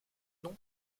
nom